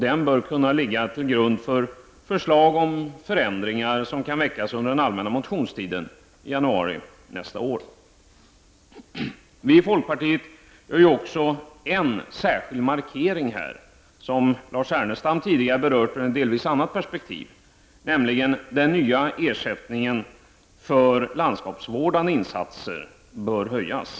Den bör kunna ligga till grund för förslag om förändringar som kan väckas under den allmänna motionstiden i januari nästa år. Vi i folkpartiet gör här också en särskild markering, som Lars Ernestam tidigare har berört, delvis ur ett annat perspektiv, nämligen att den nya ersättningen för landskapsvårdande insatser bör höjas.